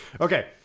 Okay